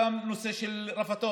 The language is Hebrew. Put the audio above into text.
מכאן, לנושא הרפתות.